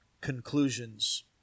conclusions